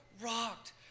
rocked